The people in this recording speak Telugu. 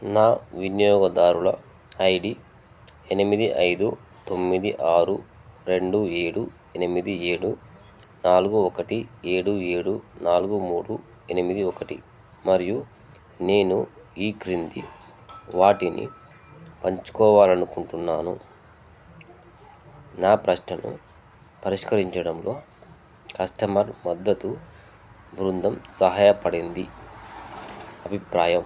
నా వినియోగదారుల ఐడి ఎనిమిది ఐదు తొమ్మిది ఆరు రెండు ఏడు ఎనిమిది ఏడు నాలుగు ఒకటి ఏడు ఏడు నాలుగు మూడు ఎనిమిది ఒకటి మరియు నేను ఈ క్రింది వాటిని పంచుకోవాలనుకుంటున్నాను నా ప్రశ్నను పరిష్కరించడంలో కస్టమర్ మద్దతు బృందం సహాయపడింది అభిప్రాయం